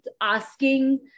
asking